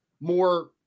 more